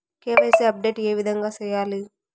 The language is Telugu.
కె.వై.సి అప్డేట్ ఏ విధంగా సేయాలి?